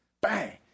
Bang